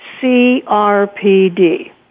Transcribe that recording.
CRPD